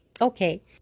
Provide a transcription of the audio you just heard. Okay